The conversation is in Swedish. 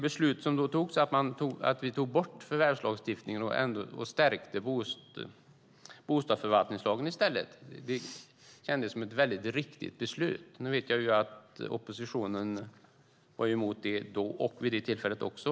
Beslutet att ta bort förvärvslagstiftningen och i stället stärka bostadsförvaltningslagen kändes väldigt riktigt. Nu vet jag att oppositionen var emot det vid det tillfället också.